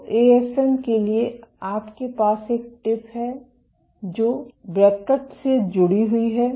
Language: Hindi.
तो एएफएम के लिए आपके पास एक टिप है जो एक ब्रैकट से जुड़ी हुई है